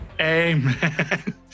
Amen